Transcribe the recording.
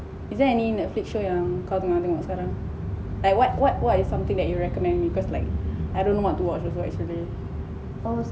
is there any Netflix show yang kau tengah tengok sekarang like what what what is something that you are recommend me because like I don't know what to watch also actually